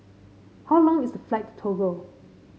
how long is the flight to Togo